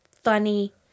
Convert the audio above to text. funny